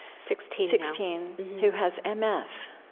sixteen sixteen who has m s.